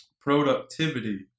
productivity